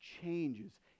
changes